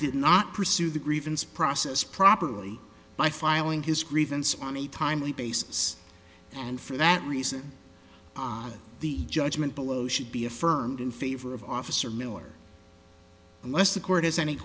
did not pursue the grievance process properly by filing his grievance on a timely basis and for that reason the judgment below should be affirmed in favor of officer miller unless the court has any